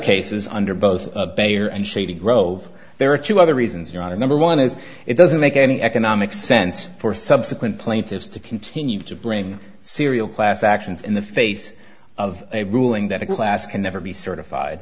cases under both baier and shady grove there are two other reasons your honor number one is it doesn't make any economic sense for subsequent plaintiffs to continue to bring serial class actions in the face of a ruling that a class can never be certified